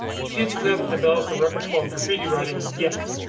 the kids who haven't developed a repertoire graffiti writing yet.